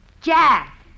Jack